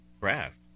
craft